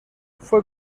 fue